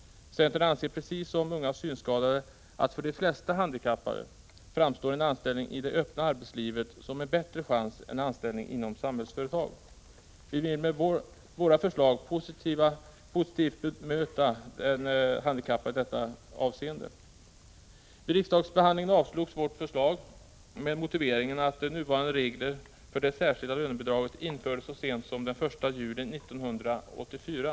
Centern anser, precis som Unga Synskadade, att en anställning i det öppna arbetslivet framstår som en bättre chans för de flesta handikappade än en anställning inom Samhällsföretag. Vi vill med våra förslag bemöta den handikappade positivt i detta avseende. Vid riksdagsbehandlingen avslogs vårt förslag med motiveringen att nuvarande regler för det särskilda lönebidraget infördes så sent som den 1 juli 1984.